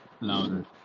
louder